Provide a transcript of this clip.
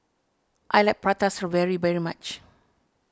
I like Prata Strawberry very much